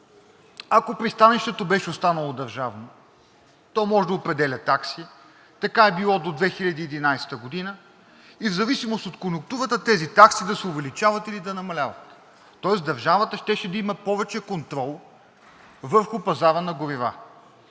ако пристанището беше останало държавно, то може да определя такси, така е било до 2011 г., и в зависимост от конюнктурата тези такси да се увеличават или да намаляват, тоест държавата щеше да има повече контрол върху пазара на горива.